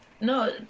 No